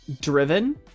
driven